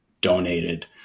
donated